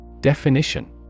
DEFINITION